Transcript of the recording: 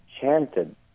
chanted